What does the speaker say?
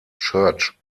church